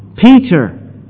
Peter